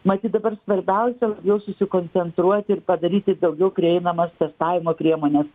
matyt dabar svarbiausia jau susikoncentruoti ir padaryti daugiau prieinamas testavimo priemones